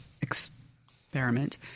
Experiment